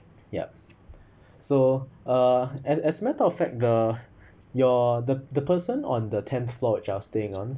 yup so uh as as matter of fact the your the the person on the tenth floor which I staying on